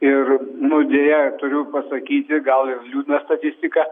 ir nu deja turiu pasakyti gal ir liūdną statistiką